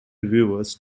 reviewers